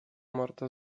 marta